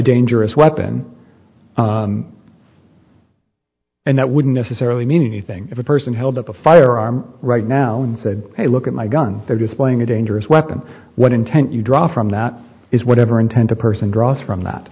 dangerous weapon and that wouldn't necessarily mean anything if a person held up a firearm right now and said hey look at my gun they're displaying a dangerous weapon what intent you draw from that is whatever intent a person draws from that